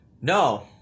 no